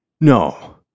No